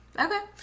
Okay